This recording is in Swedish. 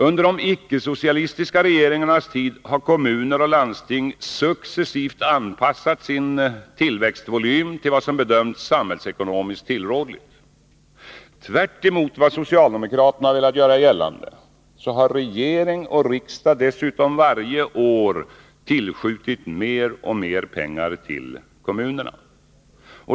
Under de icke-socialistiska regeringarnas tid har kommuner och landsting successivt anpassat sin tillväxtvolym till vad som bedömts samhällsekonomiskt tillrådligt. Tvärtemot vad socialdemokraterna har velat göra gällande, har regering och riksdag dessutom varje år tillskjutit mer och mer pengar till kommunerna.